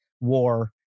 war